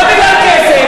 לא בגלל כסף,